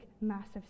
massive